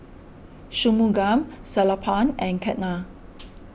Shunmugam Sellapan and Ketna